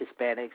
Hispanics